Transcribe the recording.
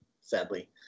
sadly